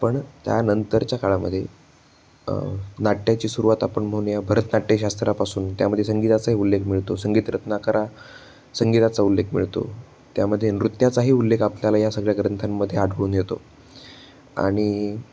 पण त्यानंतरच्या काळामधे नाट्याची सुरवात आपण म्हणूया भरतनाट्यशास्त्रापासून त्यामध्ये संगीताचाही उल्लेख मिळतो संगीतरत्नाकरा संगीताचा उल्लेख मिळतो त्यामधे नृत्याचाही उल्लेख आपल्याला या सगळ्या ग्रंथांमध्ये आढळून येतो आणि